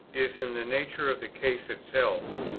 is in the nature of the case itself,